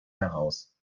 heraus